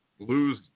Lose